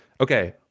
Okay